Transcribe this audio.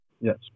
yes